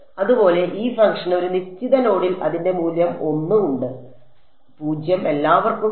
അതുപോലെ ഈ ഫംഗ്ഷന് ഒരു നിശ്ചിത നോഡിൽ അതിന്റെ മൂല്യം 1 ഉണ്ട് 0 എല്ലാവർക്കും ശരി